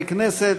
של כמה חברי כנסת.